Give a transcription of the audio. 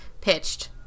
pitched